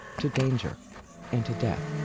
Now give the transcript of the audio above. to danger and to death